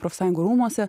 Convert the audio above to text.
profsąjungų rūmuose